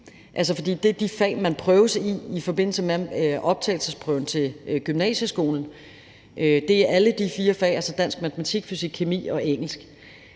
For det er de fag, man prøves i i forbindelse med optagelsesprøven til gymnasieskolen. Det er alle de fire fag, altså dansk, matematik, fysik/kemi og engelsk.